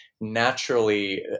naturally